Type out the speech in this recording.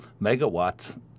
megawatts